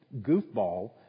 goofball